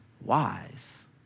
wise